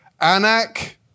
Anak